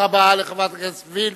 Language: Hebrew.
תודה רבה לחברת הכנסת וילף.